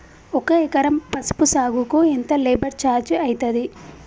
ఒక ఎకరం పసుపు సాగుకు ఎంత లేబర్ ఛార్జ్ అయితది?